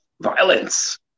violence